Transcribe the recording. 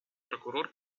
прокурор